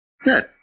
Good